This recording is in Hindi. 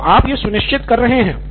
प्रोफेसर तो आप यह सुनिश्चित कर रहे हैं